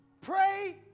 pray